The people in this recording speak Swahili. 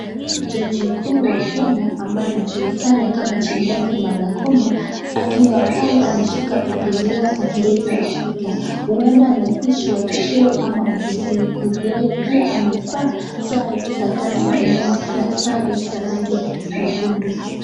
Jaji kuu wa Kenya majina yake Martha Koome akiwa pale ameshika bibilia mbele ya spika, huenda anaapishwa cheo ama ofisini kuu, yeye pia amevaa sare za kazi za rangi nyekundu.